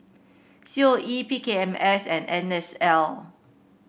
C O E P K M S and N S L